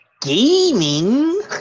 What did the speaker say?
gaming